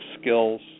skills